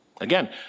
Again